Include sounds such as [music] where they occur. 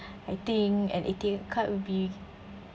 [breath] I think an A_T_M card would be